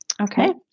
Okay